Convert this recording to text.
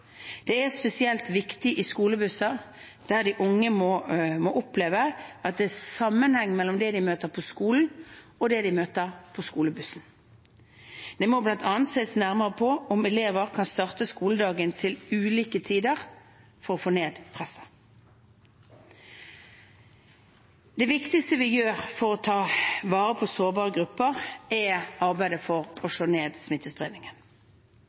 Det er spesielt viktig i skolebussene, der de unge må oppleve at det er en sammenheng mellom det de møter på skolen, og det de møter på skolebussen. Det må bl.a. ses nærmere på om elevene kan starte skoledagen til ulike tider for å få ned presset. Det viktigste vi gjør for å ta vare på sårbare grupper, er arbeidet for å slå ned